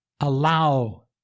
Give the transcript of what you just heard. allow